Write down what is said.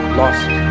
lost